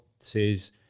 says